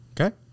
Okay